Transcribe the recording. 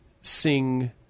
sing